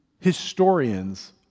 historians